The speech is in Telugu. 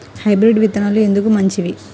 హైబ్రిడ్ విత్తనాలు ఎందుకు మంచివి?